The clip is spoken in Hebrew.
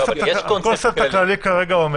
גם כשזה כתוב בסעיף 4 זה במידה עולה על הנדרש לכתוב את זה,